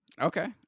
okay